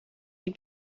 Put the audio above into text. die